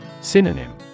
Synonym